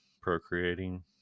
procreating